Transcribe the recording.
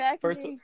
First